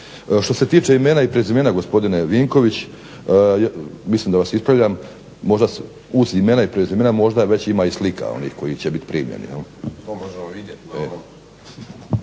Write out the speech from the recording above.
Što se tiče imena i prezimena gospodine Vinković, mislim da vas ispravljam, možda uz imena i prezimena možda već ima i slika onih koji će bit primljeni.